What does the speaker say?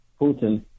putin